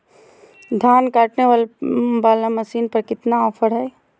धान काटने वाला मसीन पर कितना ऑफर हाय?